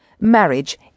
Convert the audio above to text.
Marriage